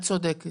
את צודקת.